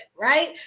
right